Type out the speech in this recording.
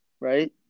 Right